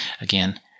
Again